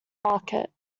market